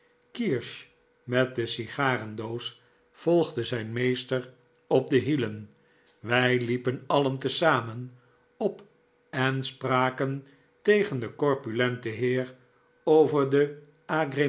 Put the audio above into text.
kirsch met de sigarendoos volgde zijn meester op de hielen wij liepen alien te zamen op en spraken tegen den corpulenten heer over de